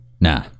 Nah